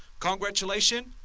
congratulation,